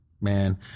Man